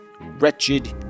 Wretched